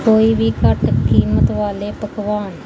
ਕੋਈ ਵੀ ਘੱਟ ਕੀਮਤ ਵਾਲੇ ਪਕਵਾਨ